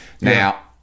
Now